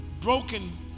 Broken